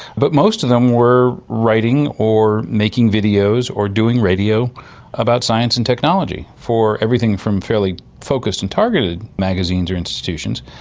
but most of them were writing or making videos or doing radio about science and technology, for everything from fairly focused and targeted magazines or institutions,